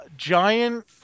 Giant